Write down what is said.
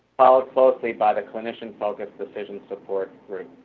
followed closely by the clinician focused decision-support group.